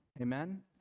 Amen